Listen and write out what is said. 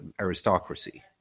aristocracy